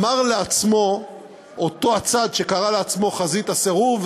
אמר לעצמו אותו הצד שקרא לעצמו חזית הסירוב,